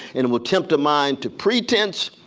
and will tempt a mind to pretense.